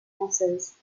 française